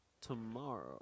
tomorrow –